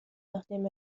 nachdem